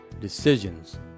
Decisions